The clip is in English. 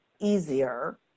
easier